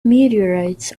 meteorites